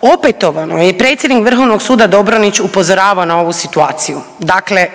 Opetovano je predsjednik Vrhovnog suda Dobronić upozoravao na ovu situaciju, dakle